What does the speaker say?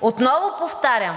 Отново повтарям